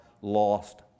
lost